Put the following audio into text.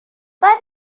mae